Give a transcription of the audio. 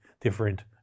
different